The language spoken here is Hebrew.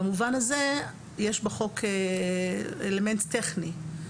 במובן הזה, יש בחוק אלמנט טכני.